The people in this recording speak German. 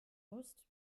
musst